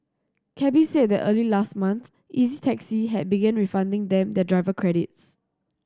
cabbies said that early last month Easy Taxi had begin refunding them their driver credits